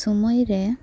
ᱥᱳᱢᱚᱭ ᱨᱮ